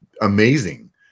amazing